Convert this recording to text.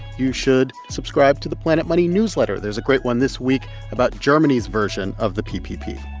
you should subscribe to the planet money newsletter. there's a great one this week about germany's version of the ppp.